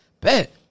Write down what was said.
bet